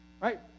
Right